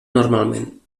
normalment